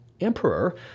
emperor